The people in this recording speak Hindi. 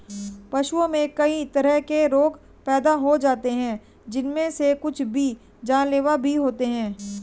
पशुओं में कई तरह के रोग पैदा हो जाते हैं जिनमे से कुछ तो जानलेवा भी होते हैं